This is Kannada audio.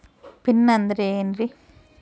ಪಿನ್ ಅಂದ್ರೆ ಏನ್ರಿ?